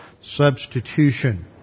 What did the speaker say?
substitution